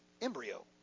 embryo